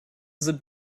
sind